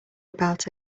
about